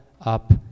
up